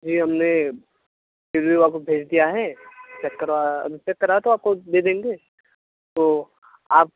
जी हमने आपको भेज दिया है चेक करवा चेक करा तो आपको दे देंगे तो आप